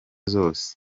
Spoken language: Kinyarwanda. zose